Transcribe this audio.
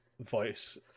voice